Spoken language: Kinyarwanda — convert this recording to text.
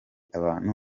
abantu